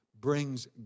brings